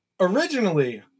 Originally